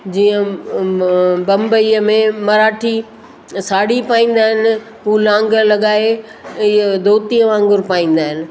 जीअं बम्बईअ में मराठी साड़ी पाईंदा आहिनि हू लांग लॻाए इहो धोतीअ वांगुरु पाईंदा आहिनि